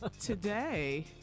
today